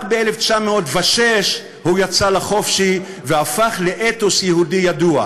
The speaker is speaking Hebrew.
רק ב-1906 הוא יצא לחופשי, והפך לאתוס יהודי ידוע.